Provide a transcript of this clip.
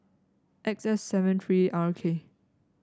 X F seven three R K